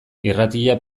irratia